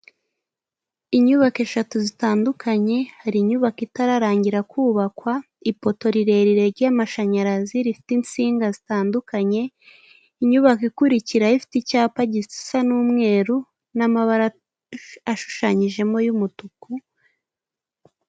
Inyubako eshatu zitandukanye hari inyubako itararangira kubakwa, ipoto rirerire ry'amashanyarazi rifite insinga zitandukanye, inyubako ikurikira ifite icyapa gisa n'umweru n'amabara ashushanyijemo y'umutuku.